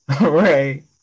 Right